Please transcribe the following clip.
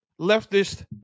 leftist